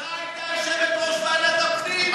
השרה הייתה יושבת-ראש ועדת הפנים.